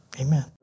Amen